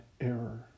error